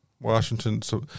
Washington